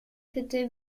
c’était